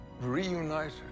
reunited